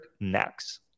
next